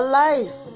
life